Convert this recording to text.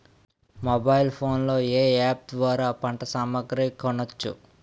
Mobile phone లో ఏ app ద్వారా పంట సామాగ్రి కొనచ్చు?